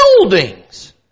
buildings